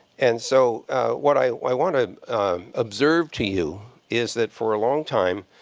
and so what i i want to observe to you is that for a long time,